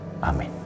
Amén